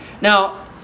now